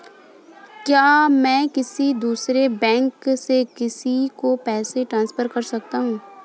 क्या मैं किसी दूसरे बैंक से किसी को पैसे ट्रांसफर कर सकता हूँ?